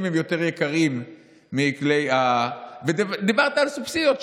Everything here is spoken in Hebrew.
הם יותר יקרים מכלי דיברת על סובסידיות.